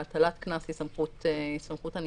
והטלת קנס היא סמכות ענישה,